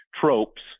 tropes